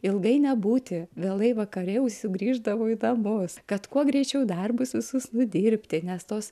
ilgai nebūti vėlai vakare jau sugrįždavo į namus kad kuo greičiau darbus visus nudirbti nes tos